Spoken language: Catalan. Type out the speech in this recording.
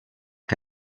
que